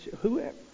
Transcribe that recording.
whoever